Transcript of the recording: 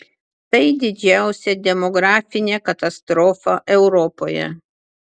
tai didžiausia demografinė katastrofa europoje